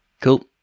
cool